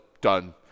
done